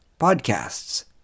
podcasts